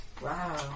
Wow